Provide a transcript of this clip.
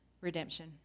redemption